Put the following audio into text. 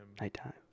Nighttime